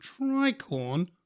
tricorn